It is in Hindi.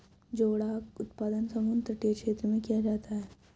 जोडाक उत्पादन समुद्र तटीय क्षेत्र में किया जाता है